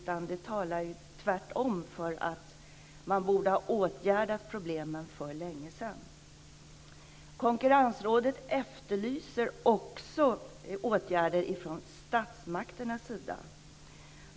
Tvärtom talar det för att man borde ha åtgärdat problemen för länge sedan. Konkurrensrådet efterlyser också åtgärder från statsmakternas sida.